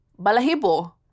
Balahibo